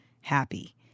happy